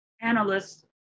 analysts